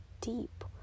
deep